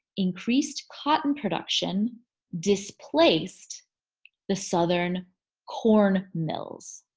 increased cotton production displaced the southern corn mills.